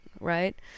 right